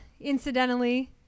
incidentally